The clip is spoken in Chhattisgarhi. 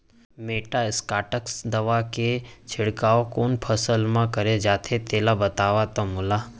मेटासिस्टाक्स दवा के छिड़काव कोन फसल म करे जाथे तेला बताओ त मोला?